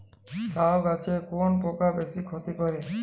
লাউ গাছে কোন পোকা বেশি ক্ষতি করে?